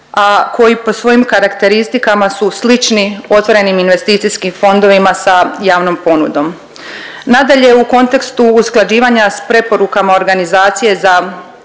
a koji po svojim karakteristikama su slični otvorenim investicijskim fondovima sa javnom ponudom. Nadalje u kontekstu usklađivanja s preporukama organizacije za